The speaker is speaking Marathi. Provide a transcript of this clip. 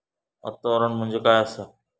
वातावरण म्हणजे काय असा?